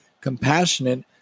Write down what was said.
compassionate